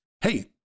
hey